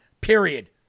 Period